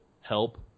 help